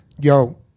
Yo